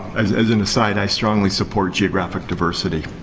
as as an aside, i strongly support geographic diversity.